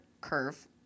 curve